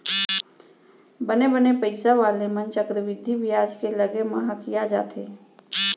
बने बने पइसा वाले मन चक्रबृद्धि बियाज के लगे म हकिया जाथें